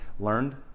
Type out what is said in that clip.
learned